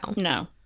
No